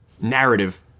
narrative